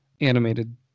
animated